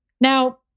Now